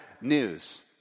news